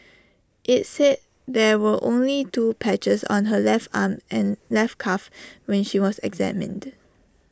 IT said there were only two patches on her left arm and left calf when she was examined